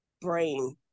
brain